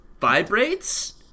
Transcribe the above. vibrates